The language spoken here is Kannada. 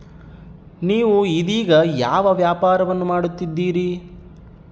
ನೇವು ಇದೇಗ ಯಾವ ವ್ಯಾಪಾರವನ್ನು ಮಾಡುತ್ತಿದ್ದೇರಿ?